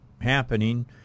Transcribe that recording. happening